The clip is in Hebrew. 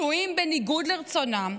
כלואים בניגוד לרצונם,